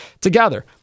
together